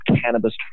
cannabis